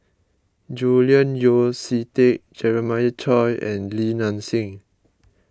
Julian Yeo See Teck Jeremiah Choy and Li Nanxing